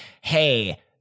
Hey